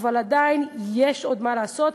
אבל עדיין יש עוד מה לעשות,